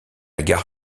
gare